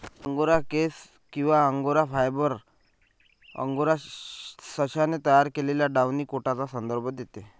angora केस किंवा angora fibre, angora सशाने तयार केलेल्या डाउनी कोटचा संदर्भ देते